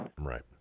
Right